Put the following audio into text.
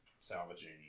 salvaging